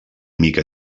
mica